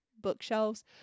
bookshelves